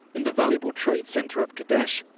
in the valuable trade center of kadesh,